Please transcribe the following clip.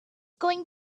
going